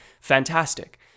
fantastic